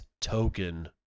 token